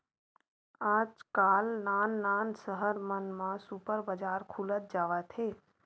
आजकाल नान नान सहर मन म सुपर बजार खुलत जावत हे